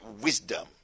wisdom